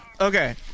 Okay